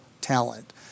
talent